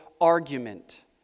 argument